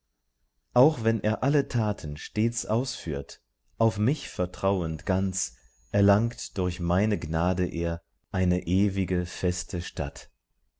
auch wenn er alle taten stets ausführt auf mich vertrauend ganz erlangt durch meine gnade er eine ewige feste statt